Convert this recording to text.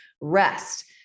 rest